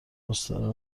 مستراح